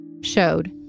showed